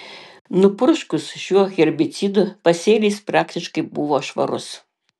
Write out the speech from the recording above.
nupurškus šiuo herbicidu pasėlis praktiškai buvo švarus